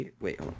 wait